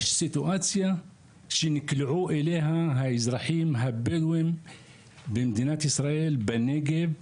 יש סיטואציה שנקלעו אליה האזרחים הבדואים במדינת ישראל בנגב,